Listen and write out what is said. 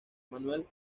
manuel